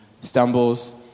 stumbles